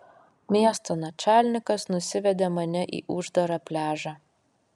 miesto načalnikas nusivedė mane į uždarą pliažą